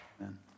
Amen